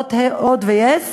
לחברות "הוט" ו-yes,